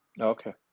Okay